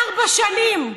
ארבע שנים,